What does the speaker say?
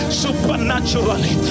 supernaturally